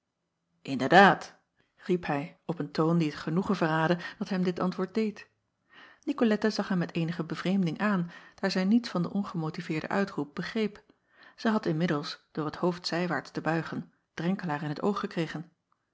nderdaad riep hij op een toon die het genoegen verraadde dat hem dit antwoord deed icolette zag hem met eenige bevreemding aan daar zij niets van den ongemotiveerden uitroep begreep ij had inmiddels door het hoofd zijwaarts te buigen renkelaer in het oog gekregen